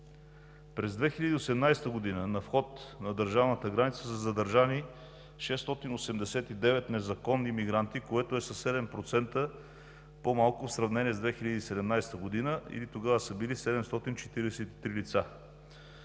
През 2018 г. на вход на държавната граница са задържани 689 незаконни мигранти, което е със 7% по-малко в сравнение с 2017 г., или тогава са били 743 лица.